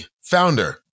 founder